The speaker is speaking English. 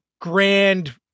grand